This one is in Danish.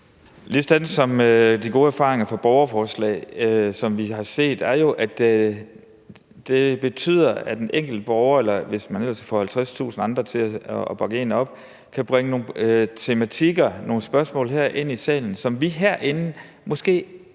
jo set, at der er gode erfaringer med borgerforslag. Det betyder, at den enkelte borger – hvis man ellers kan få 50.000 andre til at bakke en op – kan bringe nogle tematikker, nogle spørgsmål her ind i salen, som vi herinde måske gerne